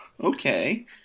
okay